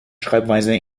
schreibweise